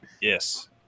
Yes